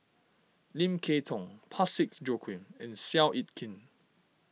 Lim Kay Tong Parsick Joaquim and Seow Yit Kin